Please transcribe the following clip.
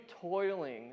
toiling